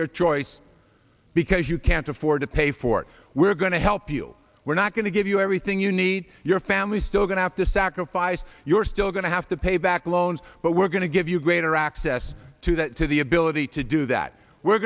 your choice because you can't afford to pay for we're going to help you we're not going to give you everything you need your family still going to have to sacrifice you're still going to have to pay back loans but we're going to give you greater access to that to the ability to do that we're